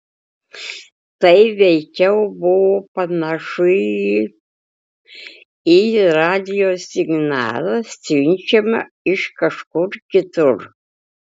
tai veikiau buvo panašu į į radijo signalą siunčiamą iš kažkur kitur